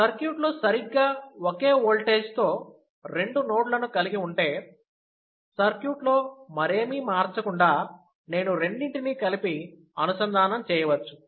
సర్క్యూట్లో సరిగ్గా ఒకే ఓల్టేజ్తో రెండు నోడ్లను కలిగి ఉంటే సర్క్యూట్లో మరేమీ మార్చకుండా నేను రెండింటినీ కలిపి అనుసంధానం చేయవచ్చు